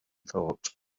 thought